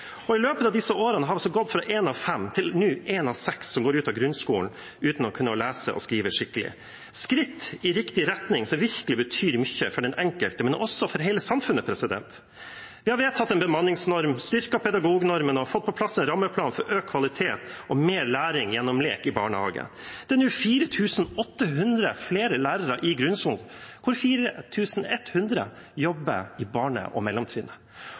I løpet av disse årene har man gått fra én av fem til nå én av seks som går ut av grunnskolen uten å kunne lese og skrive skikkelig – skritt i riktig retning, som virkelig betyr mye for den enkelte, men også for hele samfunnet. Vi har vedtatt en bemanningsnorm, styrket pedagognormen og fått på plass en rammeplan for økt kvalitet og mer læring gjennom lek i barnehagen. Det er nå 4 800 flere lærere i grunnskolen, hvor 4 100 jobber på barne- og mellomtrinnet.